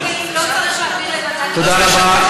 תודה רבה.